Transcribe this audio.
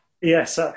Yes